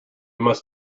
must